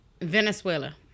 Venezuela